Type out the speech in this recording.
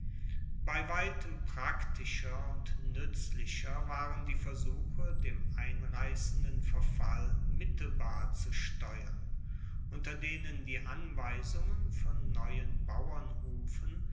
bei weitem praktischer und nuetzlicher waren die versuche dem einreissenden verfall mittelbar zu steuern unter denen die ausweisungen von neuen bauernhufen